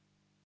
Дякую.